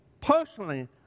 personally